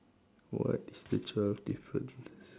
what is the twelfth difference